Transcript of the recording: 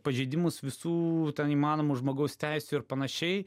pažeidimus visų įmanomų žmogaus teisių ir panašiai